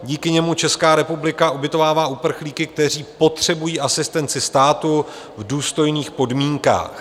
Díky němu Česká republika ubytovává uprchlíky, kteří potřebují asistenci státu, v důstojných podmínkách.